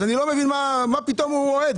אז אני לא מבין מה, מה פתאום הוא רועד?